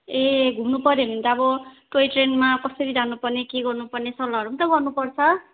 ए घुम्नु पर्यो भने त अब टोय ट्रेनमा कसरी जानु पर्ने के गर्नु पर्ने सल्लाहरू त गर्नु पर्छ